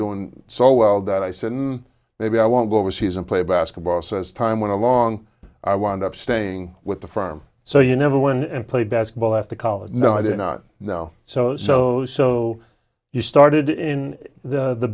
doing so well that i said maybe i won't go overseas and play basketball says time when along i wound up staying with the firm so you never went and played basketball at the college no i did not know so so so you started in the